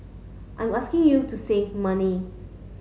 I am asking you to save money